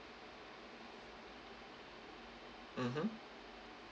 mmhmm